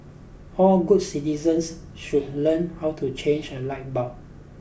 all good citizens should learn how to change a light bulb